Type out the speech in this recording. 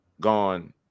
gone